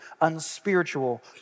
unspiritual